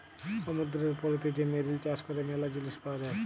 সমুদ্দুরের পলিতে যে মেরিল চাষ ক্যরে ম্যালা জিলিস পাওয়া যায়